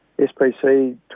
SPC